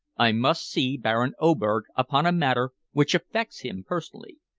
i must see baron oberg upon a matter which affects him personally,